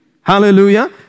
Hallelujah